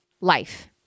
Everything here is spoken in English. life